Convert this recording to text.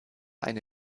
eine